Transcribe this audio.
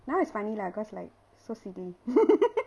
now it's funny lah because like so silly